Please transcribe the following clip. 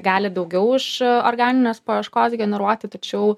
gali daugiau iš organinės paieškos generuoti tačiau